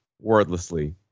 wordlessly